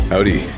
Howdy